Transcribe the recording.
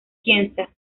ciencia